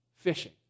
Fishing